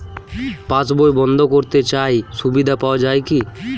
পাশ বই বন্দ করতে চাই সুবিধা পাওয়া যায় কি?